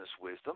wisdom